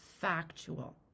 factual